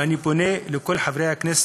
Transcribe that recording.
ואני פונה לכל חברי הכנסת,